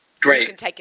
Great